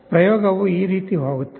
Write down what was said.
ಪ್ರಯೋಗವು ಈ ರೀತಿ ಹೋಗುತ್ತದೆ